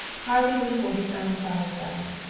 harvey was for his own fireside,